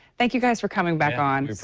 thank you guys for coming back on.